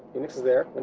unix is there.